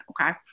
Okay